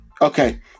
okay